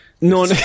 No